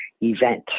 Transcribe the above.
event